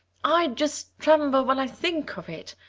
i just tremble when i think of it,